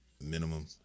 minimum